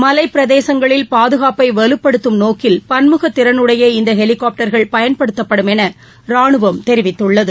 மலைப்பிரதேசங்களில் பாதுகாப்பை வலுப்படுத்தும் நோக்கில் பன்முக திறனுடைய இந்த ஹெலிகாப்டர்கள் பயன்படுத்தப்படும் என ராணுவம் தெரிவித்துள்ளது